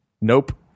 Nope